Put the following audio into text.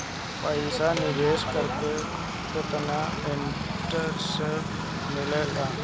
पईसा निवेश करे पर केतना इंटरेस्ट मिलेला?